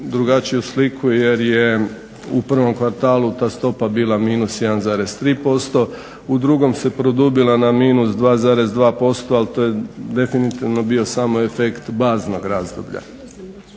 drugačiju sliku jer je u prvom kvartalu ta stopa bila -1,3%, u drugom se produbila na -2,2% ali to je definitivno bio samo efekt baznog razdoblja.